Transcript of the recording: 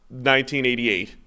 1988